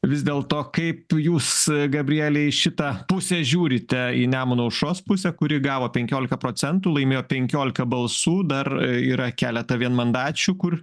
vis dėlto kaip jūs gabriele į šitą pusę žiūrite į nemuno aušros pusę kuri gavo penkiolika procentų laimėjo penkiolika balsų dar yra keletą vienmandačių kur